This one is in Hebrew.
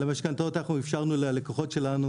על המשכנתאות אנחנו אפשרנו ללקוחות שלנו,